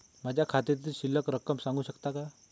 माझ्या खात्यातील शिल्लक रक्कम सांगू शकता का?